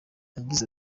yagize